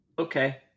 Okay